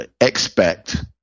expect